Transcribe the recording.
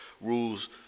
rules